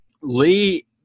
Lee